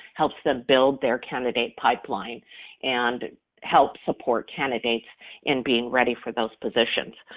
helps them build their candidate pipeline and help support candidates in being ready for those positions.